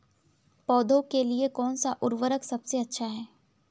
पौधों के लिए कौन सा उर्वरक सबसे अच्छा है?